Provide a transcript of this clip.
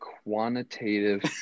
quantitative